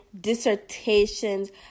dissertations